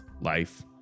life